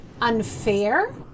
unfair